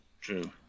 True